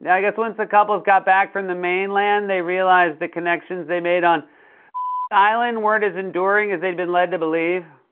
i guess once the couples got back from the main land, they realized the connections they made on island weren't as enduring as they've been led to believe.